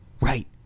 right